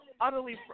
utterly